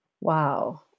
Wow